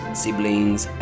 siblings